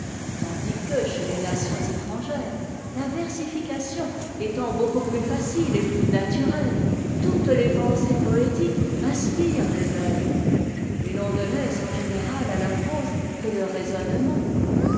tandis que chez tes nations étrangères la versification étant beaucoup plus facile et plus naturelle toutes les pensées poétiques inspirent des vers et l'on ne laisse en général à la prose que le raisonnement